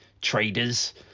traders